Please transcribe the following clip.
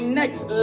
next